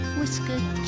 whiskered